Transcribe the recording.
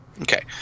Okay